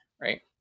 right